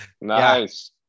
Nice